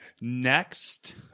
Next